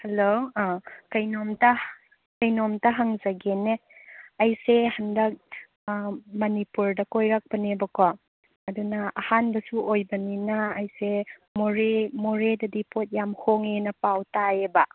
hello ꯑꯥ ꯀꯩꯅꯣꯝꯇ ꯀꯩꯅꯣꯝꯇ ꯍꯪꯖꯒꯦꯅꯦ ꯑꯩꯁꯦ ꯍꯟꯗꯛ ꯑꯥ ꯃꯅꯤꯄꯨꯔꯗ ꯀꯣꯏꯔꯛꯄꯅꯦꯕꯀꯣ ꯑꯗꯨꯅ ꯑꯍꯥꯟꯕꯁꯨ ꯑꯣꯏꯕꯅꯤꯅ ꯑꯩꯁꯦ ꯃꯣꯔꯦ ꯃꯣꯔꯦꯗꯗꯤ ꯄꯣꯠ ꯌꯥꯝ ꯍꯣꯡꯉꯦꯅ ꯄꯥꯎ ꯇꯥꯏꯌꯦꯕ